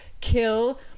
kill